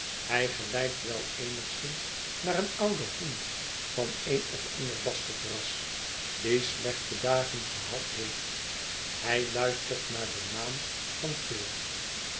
hij gelijkt wel eenigszins naar een ouden hond van een of ander basterd ras die slechte dagen gehad heeft hij luistert naar den naam van